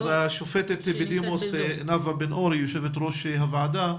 השופטת בדימוס נאוה בן אור, יושבת-ראש הוועדה,